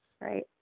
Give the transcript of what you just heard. Right